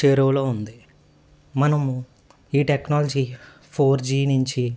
చేరువులో ఉంది మనము ఈ టెక్నాలజీ ఫోర్ జి నుంచి